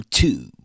two